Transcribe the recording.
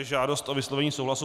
Žádost o vyslovení souhlasu